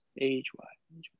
Age-wise